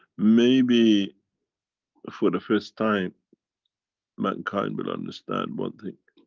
maybe for the first time mankind will understand one thing.